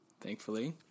thankfully